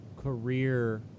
career